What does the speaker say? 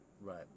right